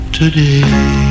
today